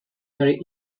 very